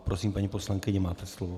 Prosím, paní poslankyně, máte slovo.